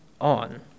on